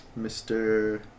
Mr